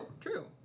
true